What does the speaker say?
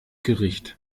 gericht